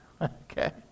Okay